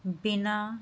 ਬਿਨਾਂ